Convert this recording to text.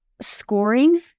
scoring